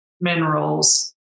minerals